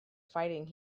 fighting